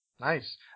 Nice